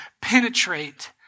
penetrate